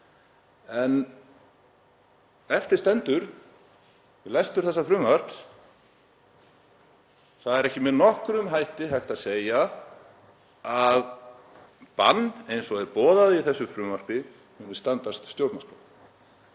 Eftir stendur við lestur þessa frumvarps: Það er ekki með nokkrum hætti hægt að segja að bann eins og er boðað í þessu frumvarpi muni standast stjórnarskrá,